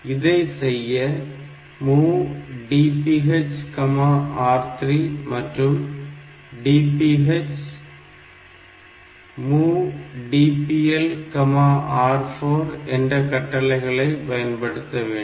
இதை செய்ய MOV DPHR3 மற்றும் DPH MOV DPLR4 என்ற கட்டளைகளை பயன்படுத்த வேண்டும்